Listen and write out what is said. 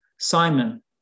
Simon